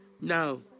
No